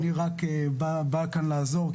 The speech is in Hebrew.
אני רק בא כאן לעזור.